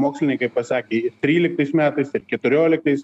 mokslininkai pasakę tryliktais metais ir keturioliktais